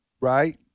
right